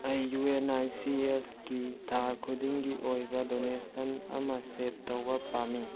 ꯑꯩ U N I C ꯑꯦꯐꯀꯤ ꯊꯥ ꯈꯨꯗꯤꯡꯒꯤ ꯑꯣꯏꯕ ꯗꯣꯅꯦꯁꯟ ꯑꯃ ꯁꯦꯠ ꯇꯧꯕ ꯄꯥꯝꯃꯤ